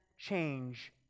change